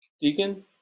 Deacon